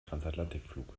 transatlantikflug